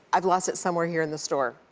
i've lost it somewhere here in the store,